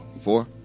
Four